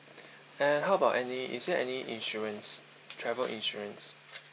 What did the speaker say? and how about any is there any insurance travel insurance